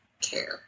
care